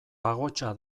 pagotxa